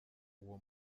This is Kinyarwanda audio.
uwo